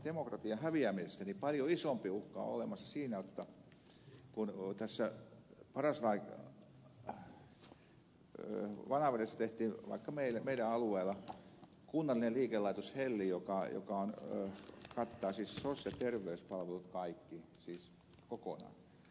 demokratian häviämisestä paljon isompi uhka on olemassa siinä kun tässä paras lain vanavedessä tehtiin vaikka meidän alueellamme kunnallinen liikelaitos helli joka kattaa siis kaikki sosiaali ja terveyspalvelut kokonaan